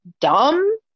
dumb